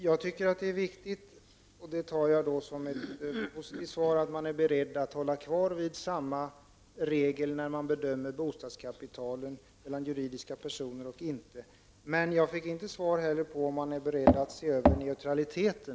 Jag tycker att det är viktigt, och jag tolkar då svaret som positivt, att man är beredd att hålla fast vid samma regel när man bedömer bostadskapitalet såväl för juridiska som för fysiska personer. Men jag fick inte svar på om man är beredd att se över frågan om neutraliteten.